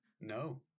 no